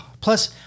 plus